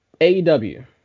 AEW